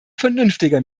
vernünftiger